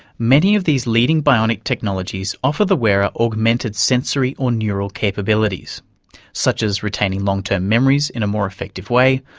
many of these leading bionic technologies offer the wearer augmented sensory, or neural capabilities such as retaining long-term memories in a more effective way,